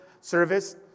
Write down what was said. service